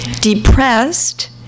Depressed